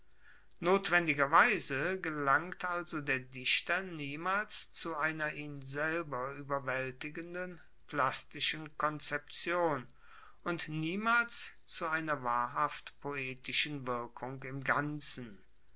notwendigerweise gelangt also der dichter niemals zu einer ihn selber ueberwaeltigenden plastischen konzeption und niemals zu einer wahrhaft poetischen wirkung im ganzen